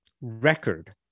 record